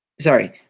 Sorry